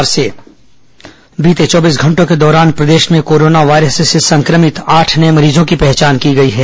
corona मरीज बीते चौबीस घंटों के दौरान प्रदेश में कोरोना वायरस से संक्रमित आठ नए मरीजों की पहचान की गई है